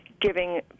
giving